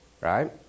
right